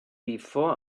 before